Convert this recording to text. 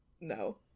no